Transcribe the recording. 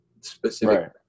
specific